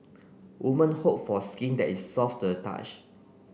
women hope for skin that is soft the touch